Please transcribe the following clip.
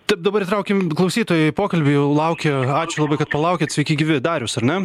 taip dabar įtraukim klausytoją į pokalbį laukia ačiū kad palaukėt sveiki gyvi darius ar ne